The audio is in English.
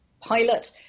pilot